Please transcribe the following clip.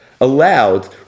allowed